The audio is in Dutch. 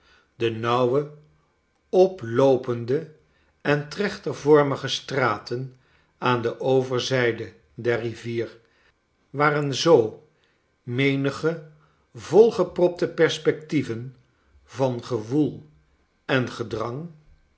de nauwe oploopende en trechtervormige straten aan de overzijde der rivier waren zoo menige volgepropte perspectieven van gewoel en gedrang